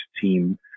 team